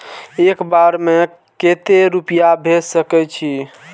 एक बार में केते रूपया भेज सके छी?